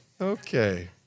Okay